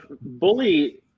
bully